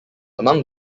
among